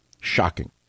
Shocking